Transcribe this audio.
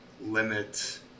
limit